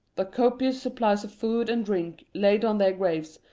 the copious supplies of food and drink laid on their graves,